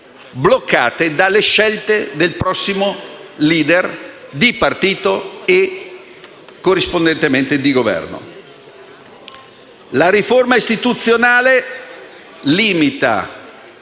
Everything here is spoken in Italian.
terzi dalle scelte del prossimo *leader* di partito e, corrispondentemente, di Governo. La riforma istituzionale limita,